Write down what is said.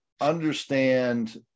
understand